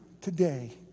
today